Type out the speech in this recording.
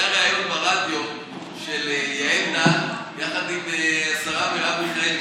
היה ריאיון ברדיו של יעל דן יחד עם השרה מרב מיכאלי,